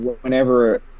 whenever